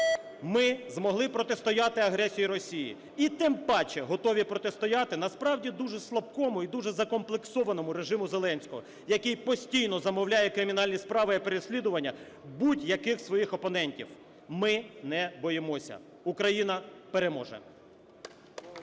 Ми змогли протистояти агресії Росії, і тим паче готові протистояти, насправді, дуже слабкому і дуже закомплексованому режиму Зеленського, який постійно замовляє кримінальні справи для переслідування будь-яких своїх опонентів. Ми не боїмося. Україна переможе!